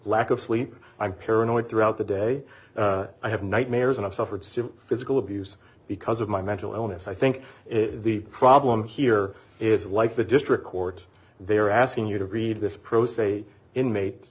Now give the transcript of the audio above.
lack of sleep i'm paranoid throughout the day i have nightmares and i've suffered severe physical abuse because of my mental illness i think the problem here is like the district court they are asking you to read this pro se inmate